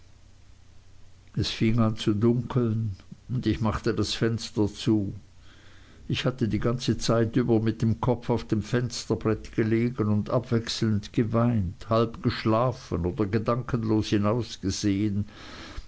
es fing an zu dunkeln und ich machte das fenster zu ich hatte die ganze zeit über mit dem kopf auf dem fensterbrett gelegen und abwechselnd geweint halb geschlafen oder gedankenlos